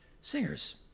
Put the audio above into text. singers